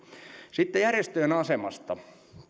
sitten järjestöjen asemasta